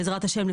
בעזרת השם,